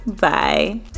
Bye